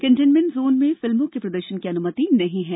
containment zone में फिल्मों के प्रदर्शन की अनुमति नहीं है